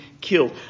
killed